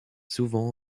souvent